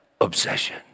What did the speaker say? Obsession